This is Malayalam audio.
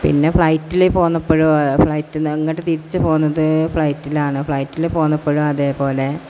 പിന്നെ ഫ്ലൈറ്റിൽ പോന്നപ്പോൾ ഫ്ലൈറ്റിലിങ്ങോട്ട് തിരിച്ച് പോന്നത് ഫ്ലൈറ്റിലാണ് ഫ്ലൈറ്റിൽ പോന്നപ്പഴും അതേപോലെ